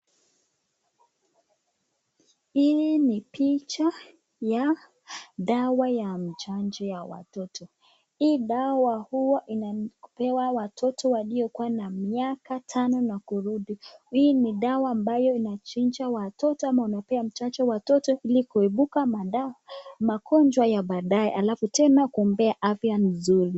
Hii ni picha ya dawa ya mchanjo wa watoto. Hii dawa hua inapewa watoto waliokua na miaka tano na kurudi. Hii ni dawa ambayo inaachisha watoto ama inapewa mchanjo watoto ili kuepuka magonjwa ya baadae alafu tena kumpea afya nzuri.